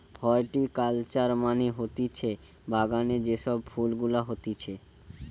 horticulture মানে হতিছে বাগানে যে সব ফুল গুলা হতিছে